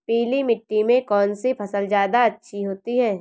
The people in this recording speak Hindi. पीली मिट्टी में कौन सी फसल ज्यादा अच्छी होती है?